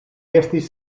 estis